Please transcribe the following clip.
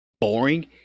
boring